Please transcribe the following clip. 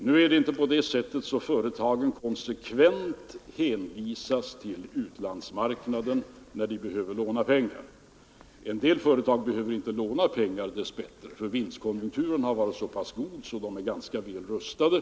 Det är inte så att företagen konsekvent hänvisas till utlandsmarknaden när de behöver låna pengar. En del företag behöver — dessbättre — inte låna pengar, eftersom vinstkonjunkturen varit så god att de är tämligen väl rustade.